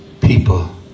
people